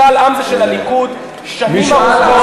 משאל עם זה של הליכוד שנים ארוכות,